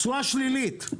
תשואה שלילית.